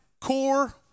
core